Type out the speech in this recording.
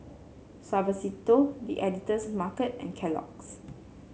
Suavecito The Editor's Market and Kellogg's